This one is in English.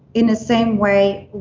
in the same way